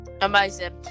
Amazing